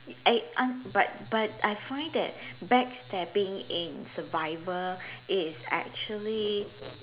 eh uh but but I find that backstabbing in survivor is actually